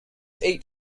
eat